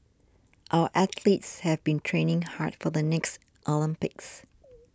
our athletes have been training hard for the next Olympics